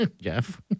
Jeff